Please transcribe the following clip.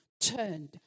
turned